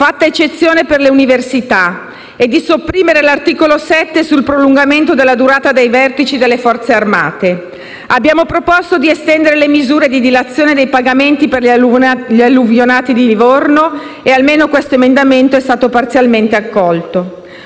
fatta eccezione per le università; e di sopprimere l'articolo 7 sul prolungamento della durata dei vertici delle forze armate. Abbiamo proposto di estendere le misure di dilazione dei pagamenti per gli alluvionati di Livorno, e almeno questo emendamento è stato parzialmente accolto.